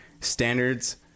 standards